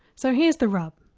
so here's the rub.